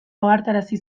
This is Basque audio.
ohartarazi